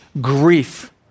grief